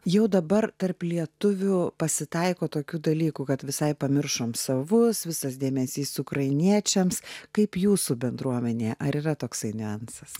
jau dabar tarp lietuvių pasitaiko tokių dalykų kad visai pamiršom savus visas dėmesys ukrainiečiams kaip jūsų bendruomenė ar yra toksai niuansas